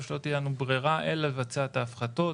שלא תהיה לנו ברירה אלא לבצע את ההפחתות.